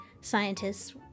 scientists